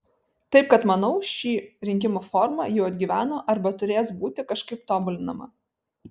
taip kad manau ši rinkimų forma jau atgyveno arba turės būti kažkaip tobulinama